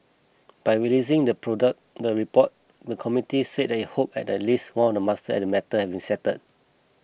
by releasing the product the report the committee said they hoped at least one of must and matter had been settled